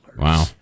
Wow